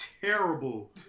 terrible